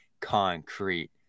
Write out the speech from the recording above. concrete